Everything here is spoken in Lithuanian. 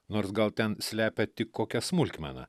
nors gal ten slepia tik kokią smulkmeną